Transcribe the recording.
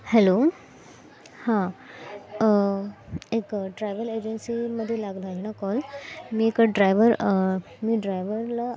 hello हां एक travel एजन्सीमध्ये लागला आहे ना कॉल मी एका ड्रायवर मी ड्रायवरला